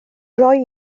roi